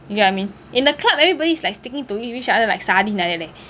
you get what I mean in the club everybody is like sticking to each other like sardine like that leh